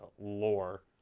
lore